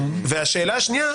והשאלה השנייה,